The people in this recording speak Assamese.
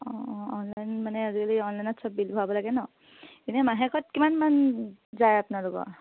অঁ অঁ অনলাইন মানে আজিকালি অনলাইনত চব বিল ভৰাব লাগে ন এনেই মাহেকত কিমানমান যায় আপোনালোকৰ